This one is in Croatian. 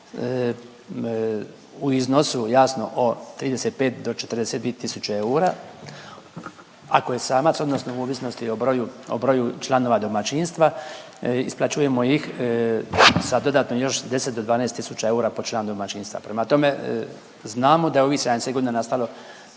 u iznosu jasno od 35 do 42000 eura. Ako je samac odnosno u ovisnosti o broju članova domaćinstva isplaćujemo ih sa dodatno još 10 do 12000 eura po članu domaćinstva. Prema tome, znamo da je u ovih 70 godina nastalo,